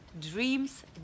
dreams